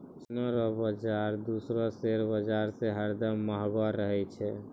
सोना रो बाजार दूसरो शेयर बाजार से हरदम महंगो रहै छै